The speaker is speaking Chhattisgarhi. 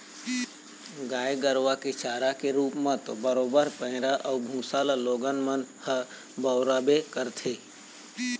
गाय गरुवा के चारा के रुप म तो बरोबर पैरा अउ भुसा ल लोगन मन ह बउरबे करथे